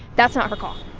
that's not her call